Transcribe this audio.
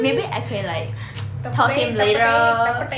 maybe I can like tell him later